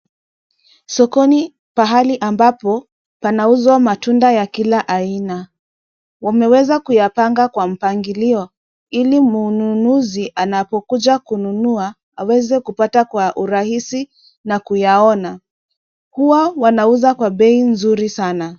Sokoni ambapo panauzwa matunda ya kila aina. Wameweza kuyapanga kwa mpangilio ili mnunuzi anapokuja kununua aweze kupata kwa urahisi na kuyaona. Huwa wanauza kwa bei nzuri sana.